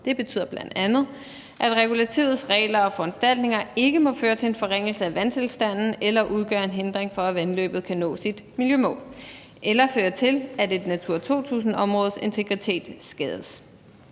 Det betyder bl.a., at regulativets regler og foranstaltninger ikke må føre til en forringelse af vandtilstanden eller udgøre en hindring for, at vandløbet kan nå sit miljømål, eller føre til, at et Natura 2000-områdes integritet skades.